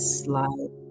slide